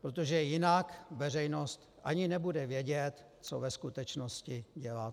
Protože jinak veřejnost ani nebude vědět, co ve skutečnosti děláte.